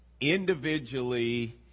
individually